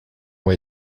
way